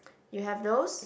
you have those